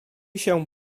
się